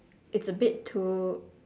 it's a bit too